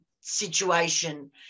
situation